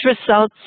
results